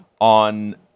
on